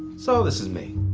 so this is me.